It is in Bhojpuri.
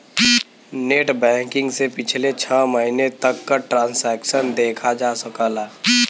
नेटबैंकिंग से पिछले छः महीने तक क ट्रांसैक्शन देखा जा सकला